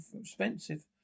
expensive